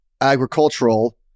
agricultural